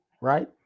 right